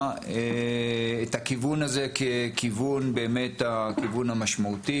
את הכיוון הזה באמת ככיוון המשמעותי,